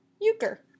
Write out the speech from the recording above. Euchre